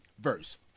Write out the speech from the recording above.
verse